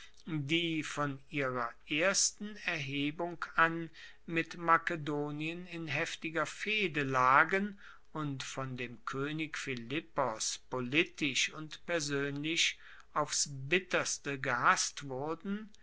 die von ihrer ersten erhebung an mit makedonien in heftiger fehde lagen und von dem koenig philippos politisch und persoenlich aufs bitterste gehasst wurden